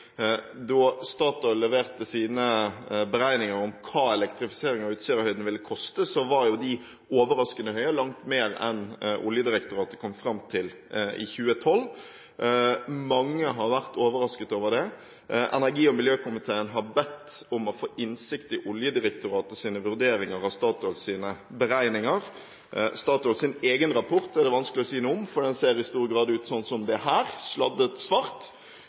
Da Statoil leverte sine beregninger om hva elektrifisering av Utsirahøyden ville koste, var de overraskende høye, langt mer enn Oljedirektoratet kom fram til i 2012. Mange har vært overrasket over det. Energi- og miljøkomiteen har bedt om å få innsikt i Oljedirektoratets vurderinger av Statoils beregninger. Statoils egen rapport er det vanskelig å si noe om, for den ser i stor grad ut som dette sladdet svart.